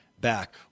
back